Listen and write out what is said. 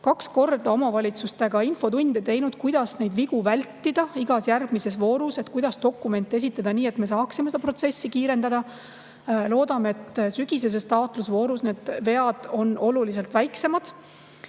kaks korda omavalitsustega infotunde teinud, kuidas neid vigu igas järgmises voorus vältida, kuidas dokumente esitada nii, et me saaksime seda protsessi kiirendada. Loodame, et sügiseses taotlusvoorus need vead on oluliselt väiksemad.